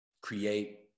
create